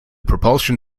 propulsion